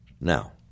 now